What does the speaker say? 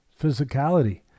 physicality